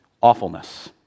awfulness